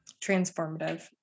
transformative